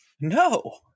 No